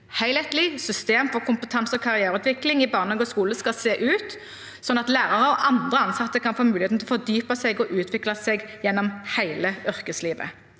helhetlig system for kompetanse og karriereutvikling i barnehage og skole skal se ut, sånn at lærere og andre ansatte kan få muligheten til å fordype seg og utvikle seg gjennom hele yrkeslivet.